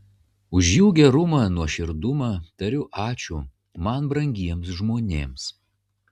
už jų gerumą nuoširdumą tariu ačiū man brangiems žmonėms